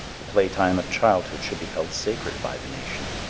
the playtime of childhood should be held sacred by the nation.